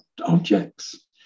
objects